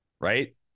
right